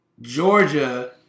Georgia